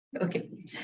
Okay